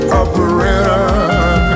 operator